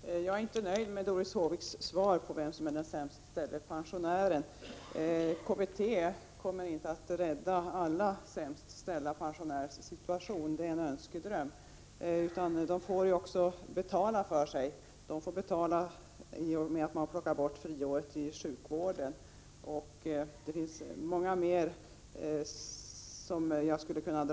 Fru talman! Jag är inte nöjd med Doris Håviks svar på vilka som är de sämst ställda pensionärerna. KBT kommer inte att kunna rädda alla de sämst ställda pensionärernas situation — det är en önskedröm. Pensionärerna får också betala för sig, bl.a. genom att man plockar bort friåret i sjukvården. Det finns fler exempel att anföra när det gäller